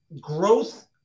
growth